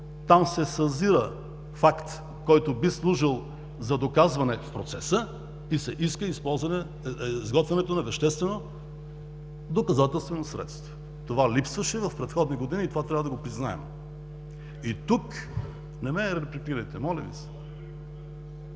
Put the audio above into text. там се съзира факт, който би служил за доказване в процеса и се иска изготвянето на веществено доказателствено средство. Това липсваше в предходни години и това трябва да го признаем. (Реплика от ГЕРБ: